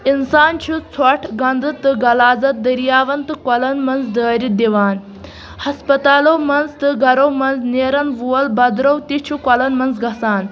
اِنسان چھُ ژھۄٹھ گنٛدٕ تہٕ غلازت دٔریاون تہٕ کۄلن منٛز دٲرِتھ دِوان ہسپَتالو منٛز تہٕ گرَو منٛز نیرن وول بدرَو تہِ چھُ کۄلن منٛز گژھان